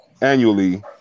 annually